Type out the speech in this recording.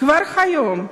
כבר היום,